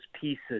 pieces